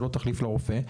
זה לא תחליף לרופא.